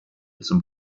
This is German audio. zum